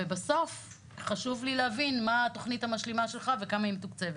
ובסוף חשוב לי להבין מה התוכנית המשלימה שלך וכמה היא מתוקצבת.